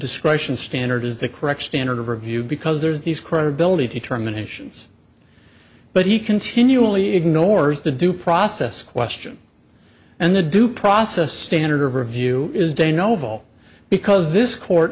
discretion standard is the correct standard of review because there's these credibility determinations but he continually ignores the due process question and the due process standard of review is de novo because this court